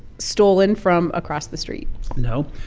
stolen from across the street no.